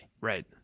Right